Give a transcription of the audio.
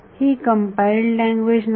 ही compiled language नाही